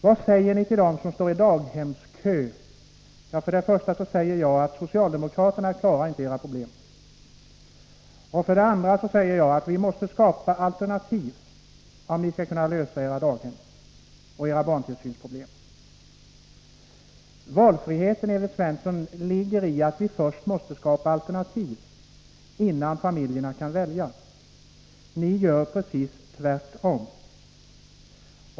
Vad säger ni till dem som står i daghemskö? var en annan fråga. Ja, för det första säger jag till dem att socialdemokraterna klarar inte era problem. För det andra säger jag till dessa föräldrar, att vi måste skapa alternativ, om ni skall kunna lösa era daghemsproblem och era barntillsynsproblem. Valfriheten, Evert Svensson, ligger i att vi först måste skapa alternativ, innan familjerna kan välja. Ni gör precis tvärtom.